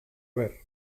ver